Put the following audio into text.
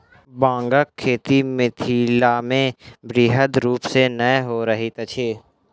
बांगक खेती मिथिलामे बृहद रूप सॅ नै होइत अछि